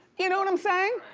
you know what i'm saying?